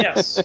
Yes